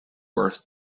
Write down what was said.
worth